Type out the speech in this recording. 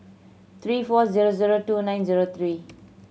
three four zero zero two nine zero three